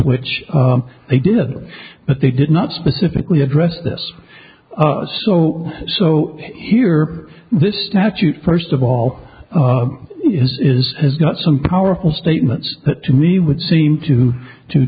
which they did but they did not specifically address this so so here this statute first of all is is has got some powerful statements that to me would seem to to